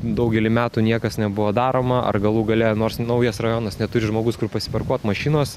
daugelį metų niekas nebuvo daroma ar galų gale nors naujas rajonas neturi žmogus kur pasiparkuot mašinos